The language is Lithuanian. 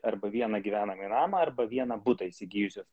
arba vieną gyvenamąjį namą arba vieną butą įsigijusios